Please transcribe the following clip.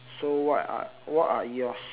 so what are what are yours